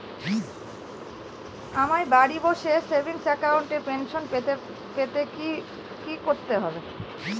আমায় বাড়ি বসে সেভিংস অ্যাকাউন্টে পেনশন পেতে কি কি করতে হবে?